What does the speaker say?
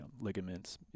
ligaments